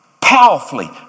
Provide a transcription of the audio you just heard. powerfully